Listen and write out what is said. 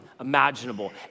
imaginable